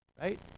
right